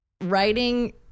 writing